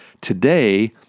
Today